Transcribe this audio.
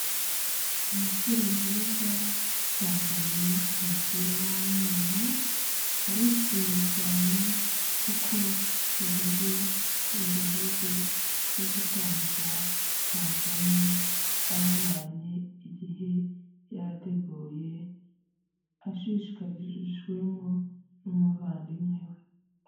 Umusore mwiza yambaye umupira w'umweru, arishimye cyane kuko yageze ku nzozi ze zo gutangiza kapani yari amaranye igihe yarateguye ashishikarijwemo n'umuvandimwe we.